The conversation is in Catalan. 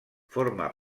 forma